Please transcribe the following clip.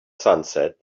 sunset